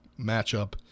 matchup